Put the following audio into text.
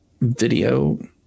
video